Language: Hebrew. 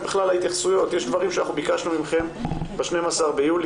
יש דברים שאנחנו ביקשנו מכם ב-12 ביולי,